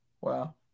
Wow